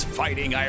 fighting